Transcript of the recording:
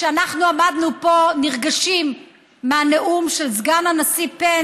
כשאנחנו עמדנו פה נרגשים מהנאום של סגן הנשיא פנס,